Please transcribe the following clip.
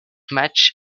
matchs